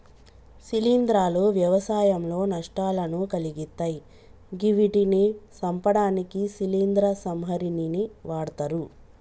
శిలీంద్రాలు వ్యవసాయంలో నష్టాలను కలిగిత్తయ్ గివ్విటిని సంపడానికి శిలీంద్ర సంహారిణిని వాడ్తరు